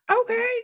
okay